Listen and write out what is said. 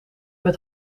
met